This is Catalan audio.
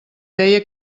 deia